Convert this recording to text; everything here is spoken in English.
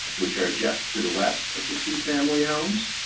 which are just to the west of the two family homes.